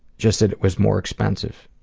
just that it was more expensive.